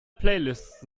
playlists